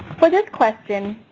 for this question,